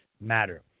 matter